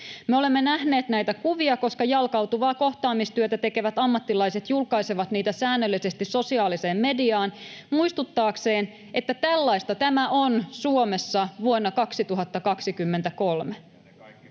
Me olemme nähneet näitä kuvia, koska jalkautuvaa kohtaamistyötä tekevät ammattilaiset julkaisevat niitä säännöllisesti sosiaaliseen mediaan muistuttaakseen, että tällaista tämä on Suomessa vuonna 2023.